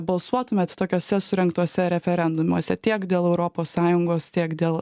balsuotumėt tokiose surengtuose referendumuose tiek dėl europos sąjungos tiek dėl